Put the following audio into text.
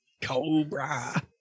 cobra